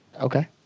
Okay